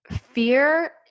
fear